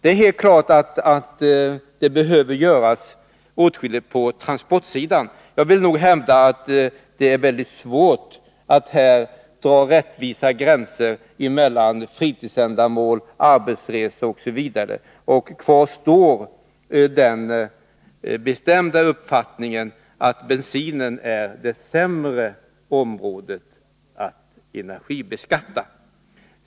Det är helt klart att åtskilligt behöver göras på transportsidan. Jag vill nog hävda att det är väldigt svårt att här dra rättvisa gränser mellan fritidsändamål, arbetsresor osv. Kvar står den bestämda uppfattningen, att bensinen är det sämre alternativet att beskatta.